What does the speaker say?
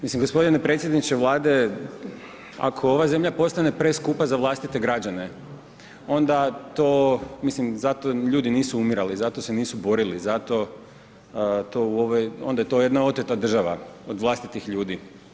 Mislim, g. predsjedniče Vlade, ako ova zemlja postane preskupa za vlastite građane, onda to, mislim, zato ljudi nisu umirali, za to se nisu borili, zato, to u ovoj, onda je to jedna oteta država, od vlastitih ljudi.